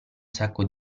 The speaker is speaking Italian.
sacco